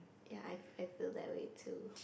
ya I fe~ feel that way too